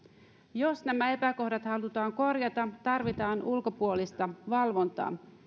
jos nämä epäkohdat halutaan korjata tarvitaan ulkopuolista valvontaa